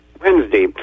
Wednesday